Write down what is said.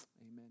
Amen